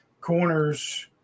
corners